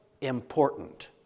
important